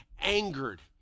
angered